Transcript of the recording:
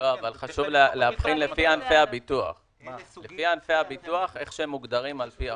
חשוב להבחין לפי ענפי הביטוח כפי שהם מוגדרים על פי החוק.